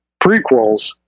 prequels